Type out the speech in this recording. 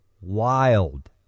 wild